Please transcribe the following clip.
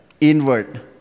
inward